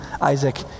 Isaac